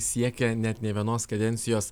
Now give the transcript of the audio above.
siekia net nei vienos kadencijos